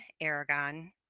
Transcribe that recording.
Aragon